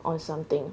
or something